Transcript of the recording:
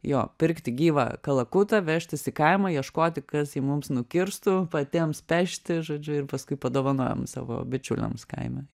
jo pirkti gyvą kalakutą vežtis į kaimą ieškoti kas jį mums nukirstų patiems pešti žodžiu ir paskui padovanojom savo bičiuliams kaime